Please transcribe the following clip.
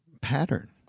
pattern